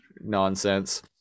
nonsense